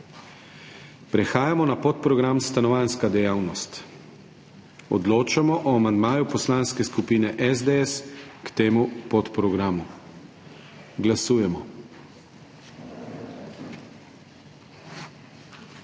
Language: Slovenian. Prehajamo na podprogram stanovanjska dejavnost. Odločamo o amandmaju Poslanske skupine NSi k temu podprogramu. Glasujemo.